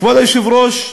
כבוד היושב-ראש,